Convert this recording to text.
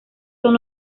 son